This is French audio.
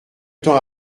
temps